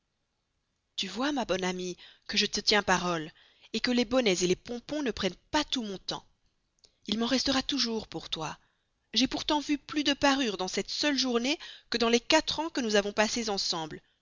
tu vois ma bonne amie que je te tiens parole que les bonnets les pompons ne prennent pas tout mon temps il m'en restera toujours pour toi j'ai pourtant vu plus de parures dans cette seule journée que dans les quatre ans que nous avons passés ensemble